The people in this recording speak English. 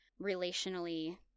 relationally